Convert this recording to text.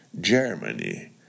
Germany